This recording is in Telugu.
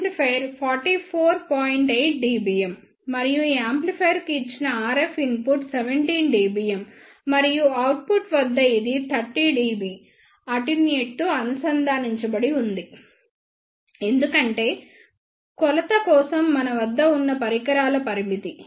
8 dBm మరియు ఈ యాంప్లిఫైయర్కు ఇచ్చిన RF ఇన్పుట్ 17 dBm మరియు అవుట్పుట్ వద్ద ఇది 30dB అటెన్యుయేటర్ తో అనుసంధానించబడి ఉంది ఎందుకంటే కొలత కోసం మన వద్ద ఉన్న పరికరాల పరిమితి